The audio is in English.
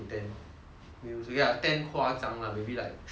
meals okay lah ten 夸张 lah maybe like three or four lor